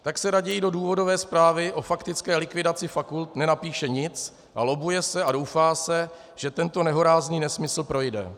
Tak se raději do důvodové zprávy o faktické likvidaci fakult nenapíše nic a lobbuje se a doufá se, že tento nehorázný nesmysl projde.